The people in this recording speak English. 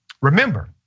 remember